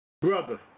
brother